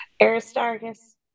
Aristarchus